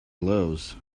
blows